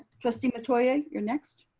trustee metoyer you're next.